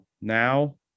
now